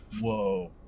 Whoa